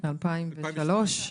--- מ-2003.